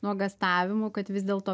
nuogąstavimų kad vis dėlto